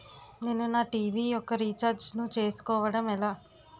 నేను నా టీ.వీ యెక్క రీఛార్జ్ ను చేసుకోవడం ఎలా?